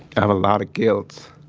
have a lot of guilt